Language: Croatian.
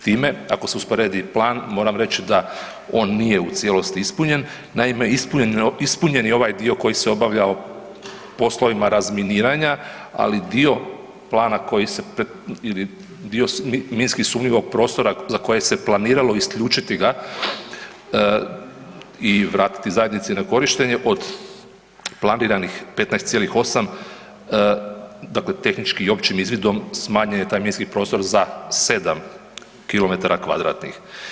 Time ako se usporedi plan moram reći da on nije u cijelosti ispunjen, naime ispunjen je ovaj dio koji se obavljao poslovima razminiranja, ali dio plana ili dio minski sumnjivog prostora za koje se planiralo isključiti ga i vratiti zajednici na korištenje od planiranih 15,8 dakle tehničkim i općim izvidom smanjen je taj minski prostor za 7 km2.